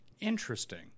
Interesting